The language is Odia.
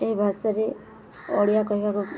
ଏ ଭାଷାରେ ଓଡ଼ିଆ କହିବାକୁ